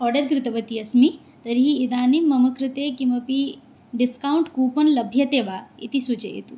order कृतवती अस्मि तर्हि इदानीं मम कृते किमपि डिस्कौण्ट् कूपन् लभ्यते वा इति सूचयतु